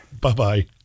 Bye-bye